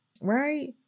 right